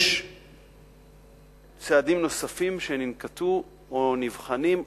יש צעדים נוספים שננקטו או נבחנים,